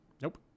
nope